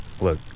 look